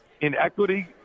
inequity